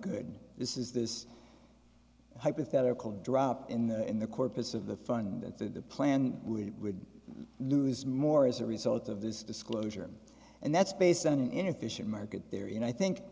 good this is this hypothetical drop in the in the corpus of the fund the plan would lose more as a result of this disclosure and that's based on an inefficient market theory and i think